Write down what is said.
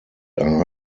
are